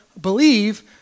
believe